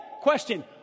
question